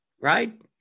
Right